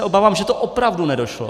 Obávám se, že to opravdu nedošlo.